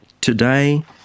today